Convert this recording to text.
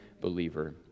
believer